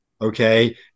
Okay